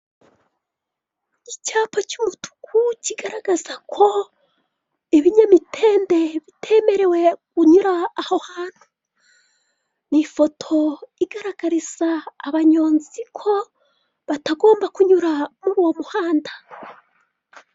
Icyapa cy'umutuku kigaragaza ko ibinyamitende bitemerewe kunyura aho hantu. Ni ifoto igaragariza abanyonzi ko batagomba kunyura muri uwo muhanda.